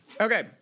Okay